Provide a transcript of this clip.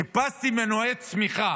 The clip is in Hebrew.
חיפשנו מנועי צמיחה.